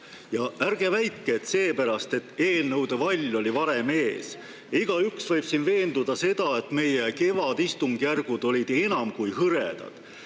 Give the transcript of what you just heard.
Ja ärge väitke, et seepärast, et eelnõude vall oli varem ees. Igaüks võib siin veenduda selles, et meie kevad[istungid] olid enam kui hõredad.